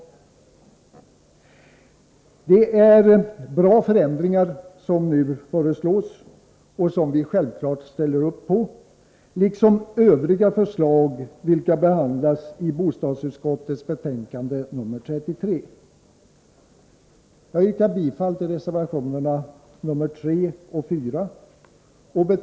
Det är bra förändringar som nu föreslås och som vi självfallet ställer oss bakom. Detsamma gäller övriga förslag vilka behandlas i bostadsutskottets betänkande nr 33. Jag yrkar bifall till reservationerna nr 3 och 4.